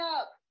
up